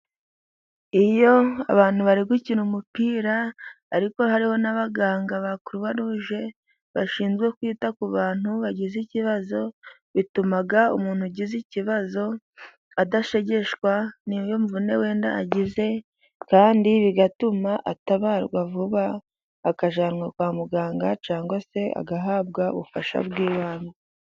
Iyo abantu bari gukina umupira ariko hariho n'abaganga ba croix rouge bashinzwe kwita ku bantu bagize ikibazo, bituma umuntu ugize ikibazo adashegeshwa niyo mvune agize kandi bigatuma atabarwa vuba akajyanwa kwa muganga cyangwa se agahabwa ubufasha bw'ibanze.